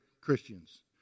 Christians